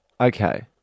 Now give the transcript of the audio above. Okay